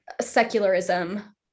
secularism